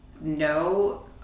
no